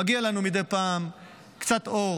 מגיע לנו מדי פעם קצת אור